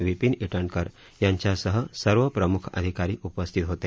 विपीन इटनकर यांच्यासह सर्व प्रम्ख अधिकारी उपस्थित होते